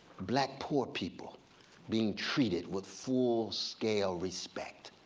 black poor people being treated with full scale respect.